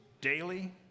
daily